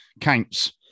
counts